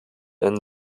einen